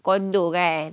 condo kan